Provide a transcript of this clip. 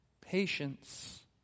patience